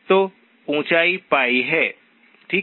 तो ऊंचाई π है ठीक है